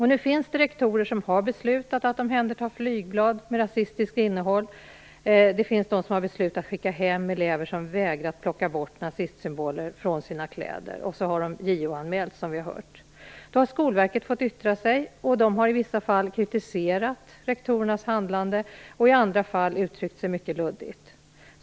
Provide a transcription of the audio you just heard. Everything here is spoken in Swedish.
Det finns rektorer som har beslutat att omhänderta flygblad med rasistiskt innehåll. Det finns rektorer som har beslutat att skicka hem elever som vägrat plocka bort nazistsymboler från sina kläder. De har JO-anmälts, som vi har hört. Skolverket har yttrat sig. I vissa fall har de kritiserat rektorernas handlande, i andra fall har de uttryckt sig mycket luddigt.